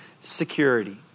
security